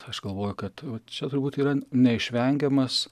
aš galvoju kad čia turbūt yra neišvengiamas